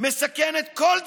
מסכנת כל דבר,